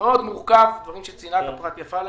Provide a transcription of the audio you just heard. מאוד מורכב, דברים שצנעת הפרט יפה להם,